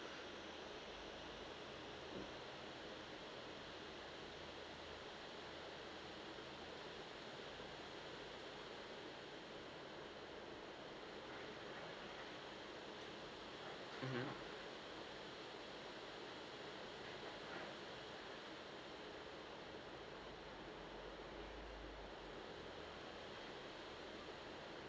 mmhmm